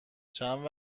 چند